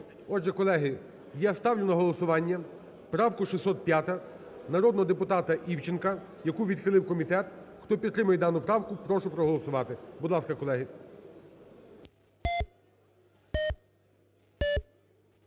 Отже, колеги, я ставлю на голосування правку 605 народного депутата Івченка, яку відхилив комітет. Хто підтримує дану правку, прошу проголосувати. Будь ласка, колеги.